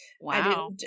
wow